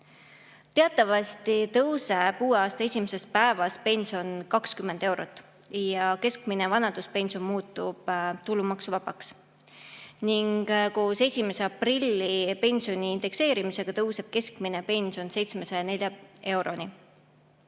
Teatavasti tõuseb uue aasta esimesest päevast pension 20 eurot ja keskmine vanaduspension muutub tulumaksuvabaks. Koos 1. aprillil jõustuva pensioni indekseerimisega tõuseb keskmine pension 704 euroni.